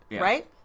right